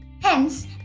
Hence